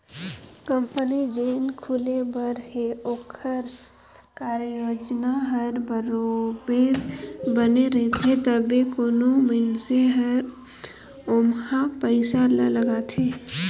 company जेन खुले बर हे ओकर कारयोजना हर बरोबेर बने रहथे तबे कोनो मइनसे हर ओम्हां पइसा ल लगाथे